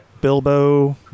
bilbo